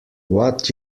what